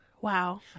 wow